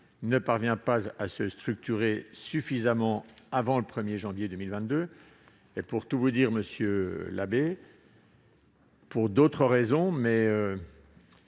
ne parvient pas à se structurer suffisamment avant le 1 janvier 2022. Pour tout vous dire, monsieur Labbé, des grandes